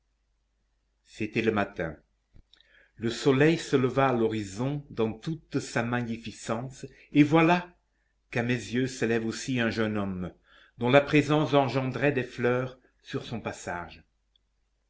c'était le matin le soleil se leva à l'horizon dans toute sa magnificence et voilà qu'à mes yeux se lève aussi un jeune homme dont la présence engendrait des fleurs sur son passage